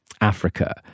africa